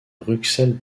bruxelles